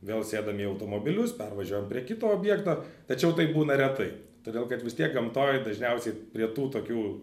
vėl sėdam į automobilius pervažiuojam prie kito objekto tačiau taip būna retai todėl kad vis tiek gamtoj dažniausiai prie tų tokių